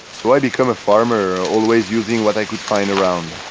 so i become a farmer always using what i could find around.